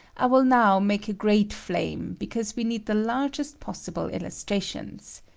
i will now make a great flame, because we need the largest possible illuatrations.